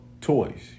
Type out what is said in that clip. toys